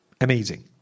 Amazing